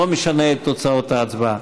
אני לא משנה את תוצאות ההצבעה.